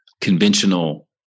conventional